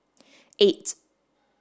eight